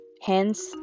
Hence